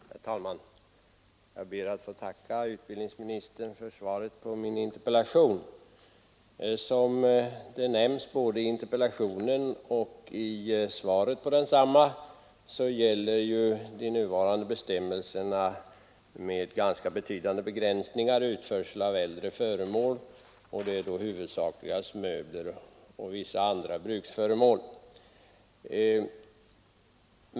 Herr talman! Jag ber att få tacka utbildningsministern för svaret på min interpellation. Som nämnts både i interpellationen och i svaret på densamma gäller de nuvarande bestämmelserna med ganska betydande begränsningar utförsel av äldre föremål, huvudsakligast möbler och vissa andra bruksföremål.